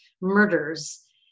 murders